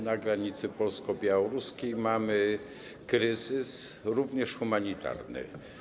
Na granicy polsko-białoruskiej mamy kryzys, również humanitarny.